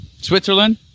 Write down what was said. Switzerland